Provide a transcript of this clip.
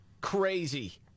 crazy